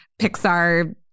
Pixar